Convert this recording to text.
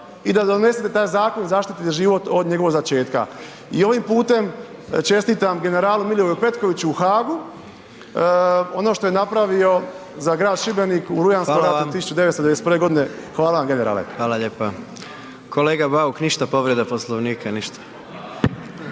i da donesete taj zakon i zaštitite život od njega začetka. I ovim putem čestitam generalu Milivoju Petkoviću u Haagu ono što je napravio za grad Šibenik u Rujanskom ratu 1991., .../Upadica: Hvala./... hvala vam generale. **Jandroković, Gordan (HDZ)** Hvala lijepa. Kolega Bauk, ništa povreda Poslovnika, ništa.